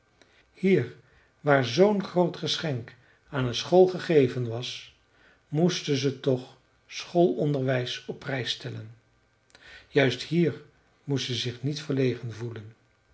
hier waar zoo'n groot geschenk aan een school gegeven was moesten ze toch school onderwijs op prijs stellen juist hier moest ze zich niet verlegen voelen